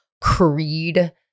Creed